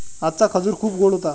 आजचा खजूर खूप गोड होता